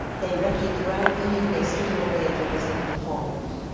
they reccied the ground for him, they stood him on the edge of this little pond.